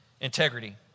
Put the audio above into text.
Integrity